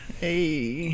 Hey